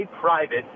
private